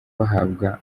bahabwa